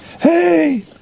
Hey